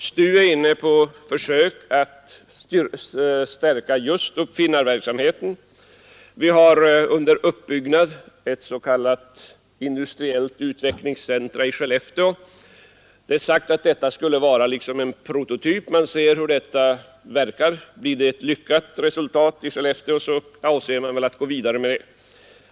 STU är inne på försök att ärka just uppfinnarverksamheten. Vi har under uppbyggnad ett s. k industriellt utvecklingscenter i Skellefteå. Det har sagts att detta skulle vara som en prototyp. Man får se hur det verkar, och man avser väl att g vidare om det blir ett lyckat resultat i Skellefteå.